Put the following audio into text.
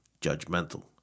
judgmental